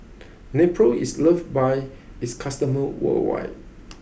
Nepro is loved by its customers worldwide